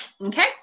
Okay